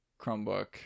Chromebook